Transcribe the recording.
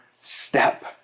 step